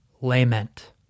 Lament